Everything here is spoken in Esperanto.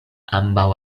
ambaŭ